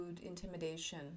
intimidation